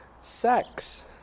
sex